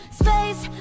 space